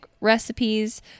recipes